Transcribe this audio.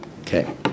Okay